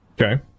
Okay